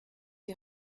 die